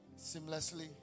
Seamlessly